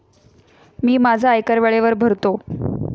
मी माझा आयकर वेळेवर भरतो